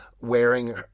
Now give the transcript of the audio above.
wearing